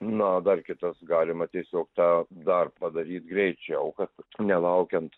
na dar kitos galima tiesiog tą dar padaryt greičiau kad nelaukiant